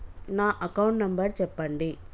నా account number చెప్పండి?